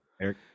eric